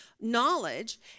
knowledge